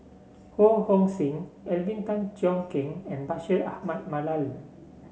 Ho Hong Sing Alvin Tan Cheong Kheng and Bashir Ahmad Mallal